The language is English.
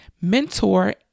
mentor